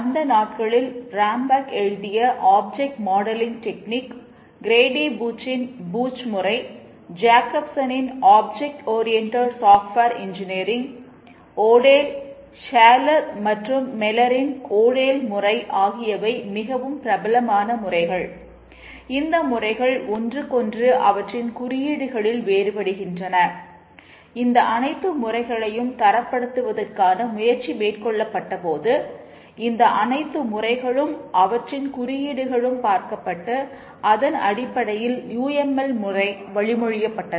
அந்த நாட்களில் ரம்பாக் முறை வழிமொழியபட்டது